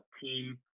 team